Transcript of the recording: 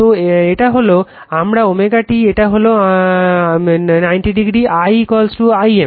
তো এটা হলো আমার ω t এটা হলো আমার 90° I I m